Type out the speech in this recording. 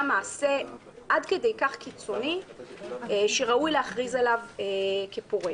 מעשה עד כדי כך קיצוני שראוי להכריז עליו כפורש.